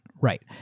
right